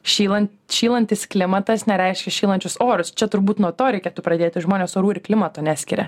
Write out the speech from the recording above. šylan šylantis klimatas nereiškia šylančius orus čia turbūt nuo to reikėtų pradėti žmonės orų ir klimato neskiria